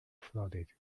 flooded